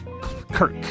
Kirk